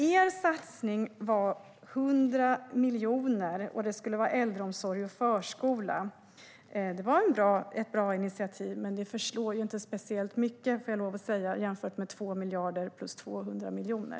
Er satsning var 100 miljoner och skulle gälla äldreomsorg och förskola. Det var ett bra initiativ, men det förslår ju inte speciellt mycket, får jag lov att säga, jämfört med 2 miljarder plus 200 miljoner.